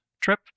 trip